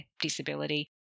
disability